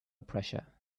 pressure